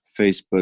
Facebook